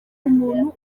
umuntu